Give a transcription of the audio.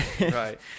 Right